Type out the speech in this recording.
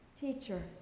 teacher